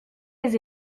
les